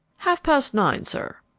half-past nine, sir.